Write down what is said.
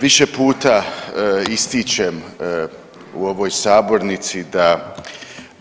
Više puta ističem u ovoj sabornici da